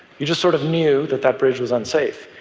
you just sort of knew that that bridge was unsafe.